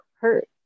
hurt